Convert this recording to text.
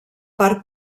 part